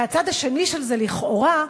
והצד השני של זה, לכאורה,